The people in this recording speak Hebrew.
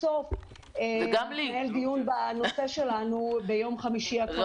סוף התנהל דיון בנושא שלנו ביום חמישי האחרון.